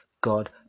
God